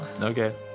Okay